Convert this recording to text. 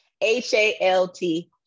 H-A-L-T